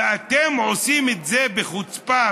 ואתם עושים את זה בחוצפה,